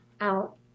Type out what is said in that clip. out